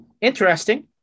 Interesting